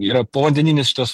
yra povandeninis šitas